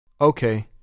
Okay